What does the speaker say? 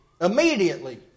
immediately